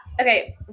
okay